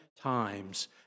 times